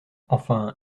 enfin